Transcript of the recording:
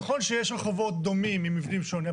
נכון שיש רחובות דומים עם מבנים שונים,